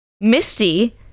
Misty